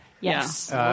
Yes